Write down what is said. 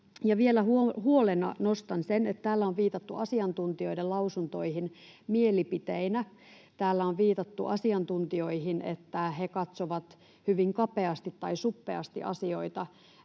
huolena nostan sen, että täällä on viitattu asiantuntijoiden lausuntoihin mielipiteinä. Täällä on viitattu asiantuntijoihin niin, että he katsovat hyvin kapeasti tai suppeasti asioita.